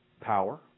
power